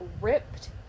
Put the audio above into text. ripped